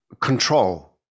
control